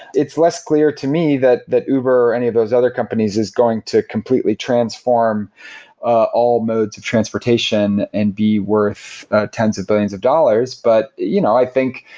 it's less clear to me that that uber, or any of those other companies is going to completely transform ah all modes of transportation and be worth tens of billions of dollars. but you know i think,